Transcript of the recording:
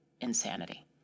insanity